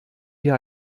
wir